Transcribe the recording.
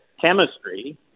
chemistry